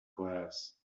class